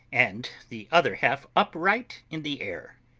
and the other half upright in the air.